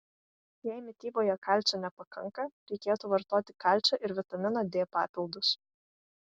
jei mityboje kalcio nepakanka reikėtų vartoti kalcio ir vitamino d papildus